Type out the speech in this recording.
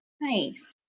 Nice